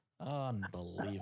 Unbelievable